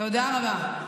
תודה רבה.